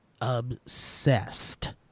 obsessed